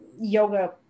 yoga